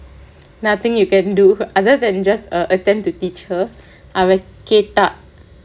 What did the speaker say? nothing you can do other than just err attempt to teach her அவ கேட்டா:ava kettaa